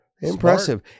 Impressive